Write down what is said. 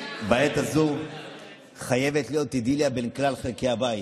בעת הזו חייבת להיות אידיליה בין כלל חלקי הבית,